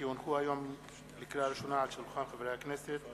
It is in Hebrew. כי הונחו היום על שולחן הכנסת,